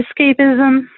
escapism